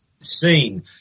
seen